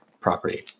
property